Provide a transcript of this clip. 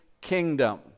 kingdom